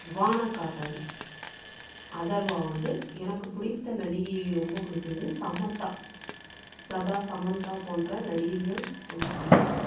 பானா காத்தாடி அதர்வா வந்து எனக்கு பிடித்த நடிகை ரொம்ப பிடிச்சது வந்து சமந்தா சதா சமந்தா போன்ற நடிகைகள் ரொம்ப பிடிக்கும்